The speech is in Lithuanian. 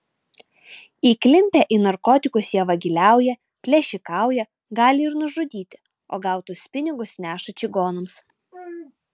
įklimpę į narkotikus jie vagiliauja plėšikauja gali ir nužudyti o gautus pinigus neša čigonams